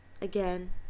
again